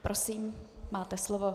Prosím, máte slovo.